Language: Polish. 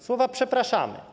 Słowa: przepraszamy.